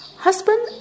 Husband